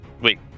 wait